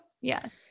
Yes